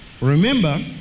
Remember